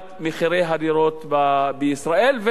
במחירי הדירות בישראל.